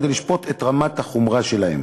כדי לשפוט את רמת החומרה שלהם.